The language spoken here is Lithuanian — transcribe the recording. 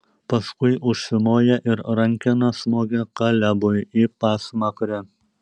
paskui užsimoja ir rankena smogia kalebui į pasmakrę